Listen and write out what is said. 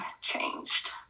changed